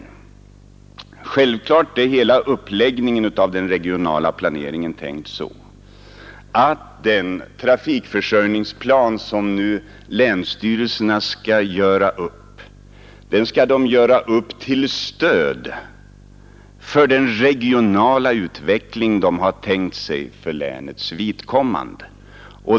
Självklart är hela uppläggningen av den regionala planeringen tänkt så att den trafikförsörjningsplan länsstyrelserna skall göra upp görs till stöd för den regionala utveckling länsstyrelsen tänkt sig för länets vidkommande.